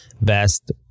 Best